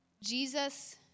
Jesus